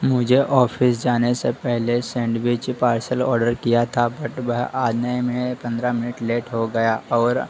मुझे ऑफिस जाने से पहले सैंडविच पार्सल आर्डर किया था बट वह आने में पंद्रह मिनट लेट हो गया और